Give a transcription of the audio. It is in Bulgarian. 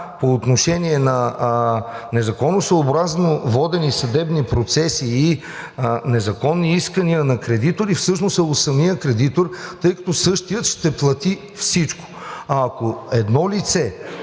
по отношение на незаконосъобразно водени съдебни процеси и незаконни искания на кредитори всъщност е у самия кредитор, тъй като същият ще плати всичко. А ако едно лице